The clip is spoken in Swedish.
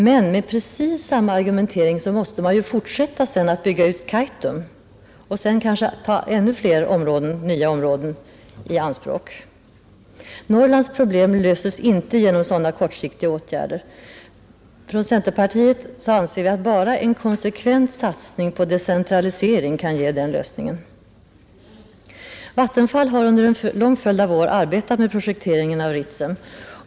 Men med precis samma argumentering måste man därefter fortsätta att bygga ut Kaitum och sedan kanske ta ännu fler nya områden i anspråk. Norrlands problem löses inte genom sådana kortsiktiga åtgärder. Inom centerpartiet anser vi att bara en konsekvent satsning på decentralisering kan ge dem lösningen. Vattenfall har under en lång följd av år arbetat med projekteringen av Ritsem.